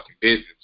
business